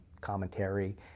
commentary